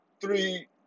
three